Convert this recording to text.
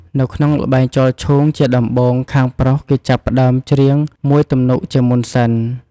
នៅក្នុងល្បែង ចោលឈូង ជាដំបូង ខាងប្រុសគេចាប់ផ្ដើមច្រៀងមួយទំនុកជាមុនសិន។